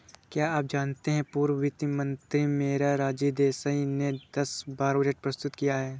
क्या आप जानते है पूर्व वित्त मंत्री मोरारजी देसाई ने दस बार बजट प्रस्तुत किया है?